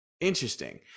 interesting